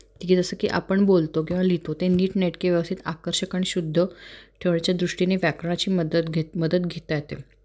तिगी जसं की आपण बोलतो किंवा लिहितो ते नीटनेटके व्यवस्थित आकर्षक आणि शुद्ध ठेवण्याच्या दृष्टीने व्याकरणाची मदत घेत मदत घेता येते